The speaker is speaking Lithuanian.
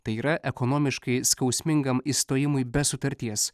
tai yra ekonomiškai skausmingam išstojimui be sutarties